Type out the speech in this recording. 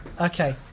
Okay